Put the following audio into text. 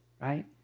right